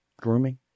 Grooming